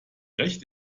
recht